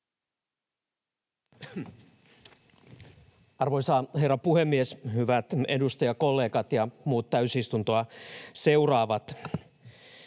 Arvoisa herra puhemies! Hyvät edustajakollegat ja muut täysistuntoa seuraavat!